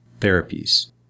therapies